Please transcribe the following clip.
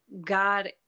God